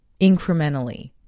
Incrementally